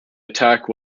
attack